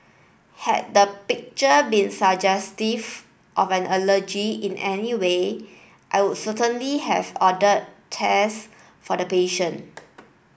had the picture been suggestive of an allergy in any way I would certainly have order test for the patient